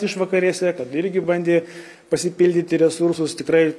išvakarėse tada irgi bandė pasipildyti resursus tikrai